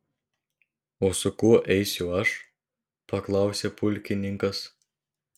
o su kuo eisiu aš paklausė pulkininkas